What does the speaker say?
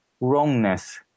wrongness